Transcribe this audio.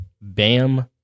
Bam